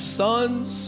sons